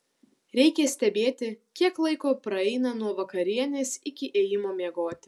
reikia stebėti kiek laiko praeina nuo vakarienės iki ėjimo miegoti